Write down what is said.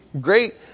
great